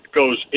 goes